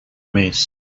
més